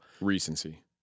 Recency